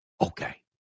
Okay